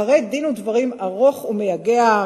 אחרי דין ודברים ארוך ומייגע,